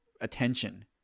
attention